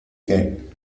que